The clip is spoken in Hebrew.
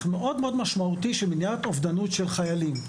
מאוד משמעותי של מניעת אובדנות של חיילים.